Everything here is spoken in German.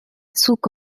zug